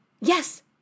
Yes